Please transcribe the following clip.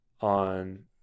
on